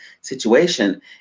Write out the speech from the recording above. situation